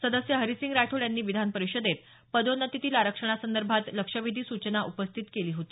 सदस्य हरिसिंग राठोड यांनी विधानपरिषदेत पदोन्नतीतील आरक्षणासंदर्भातील लक्षवेधी सूचना उपस्थित केली होती